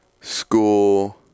school